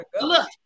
Look